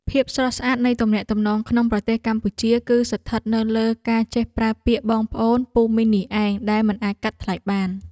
ភាពស្រស់ស្អាតនៃទំនាក់ទំនងក្នុងប្រទេសកម្ពុជា គឺស្ថិតនៅលើការចេះប្រើពាក្យបងប្អូនពូមីងនេះឯងដែលមិនអាចកាត់ថ្លៃបាន។